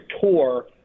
tour